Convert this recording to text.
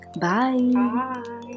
Bye